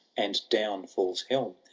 and down falls helm,